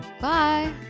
Bye